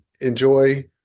enjoy